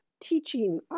teaching